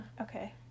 Okay